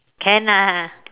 can lah